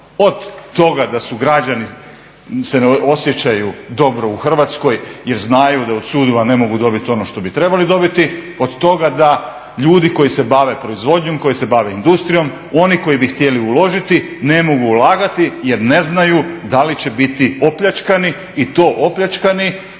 od toga da su građani se ne osjećaju dobro u Hrvatskoj jer znaju da od sudova ne mogu dobiti ono što bi trebali dobiti, od toga da ljudi koji se bave proizvodnjom, koji se bave industrijom, oni koji bi htjeli uložiti ne mogu ulagati jer ne znaju da li će biti opljačkani i to opljačkani